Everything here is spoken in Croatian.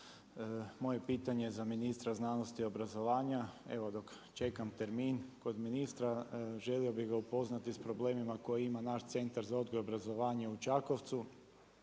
Moje pitanje za ministra znanosti i obrazovanja, evo dok čekam termin kod ministra želio bih ga upoznati sa problemima koje ima naš Centar za odgoj i obrazovanje u Čakovcu.